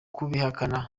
kubihakana